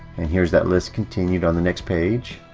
and here's that list continued on the next page